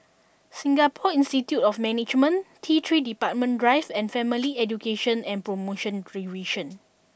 Singapore Institute of Management T Three Departure Drive and Family Education and Promotion Division